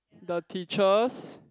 the teachers